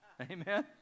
amen